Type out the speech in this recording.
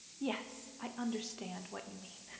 yes, i understand what you mean.